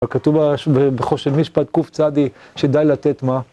כתוב בחושן משפט ק"צ, שדי לתת מה.